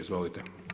Izvolite.